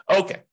Okay